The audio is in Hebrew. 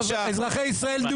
אזרחי ישראל,